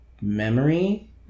memory